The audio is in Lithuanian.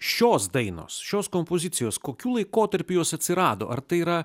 šios dainos šios kompozicijos kokiu laikotarpiu jos atsirado ar tai yra